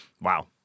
wow